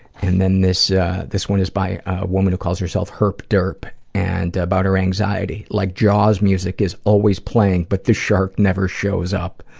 and then, this this one is by a woman who calls herself herp derp, and about her anxiety like jaws music is always playing, but the shark never shows up.